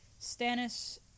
Stannis